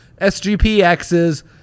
SGPXs